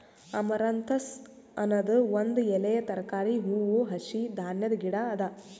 amaranthus ಅನದ್ ಒಂದ್ ಎಲೆಯ ತರಕಾರಿ, ಹೂವು, ಹಸಿ ಧಾನ್ಯದ ಗಿಡ ಅದಾ